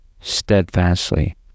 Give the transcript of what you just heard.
steadfastly